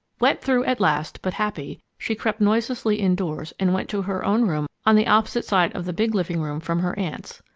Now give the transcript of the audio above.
wet through at last, but happy, she crept noiselessly indoors and went to her own room on the opposite side of the big living-room from her aunt's.